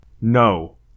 No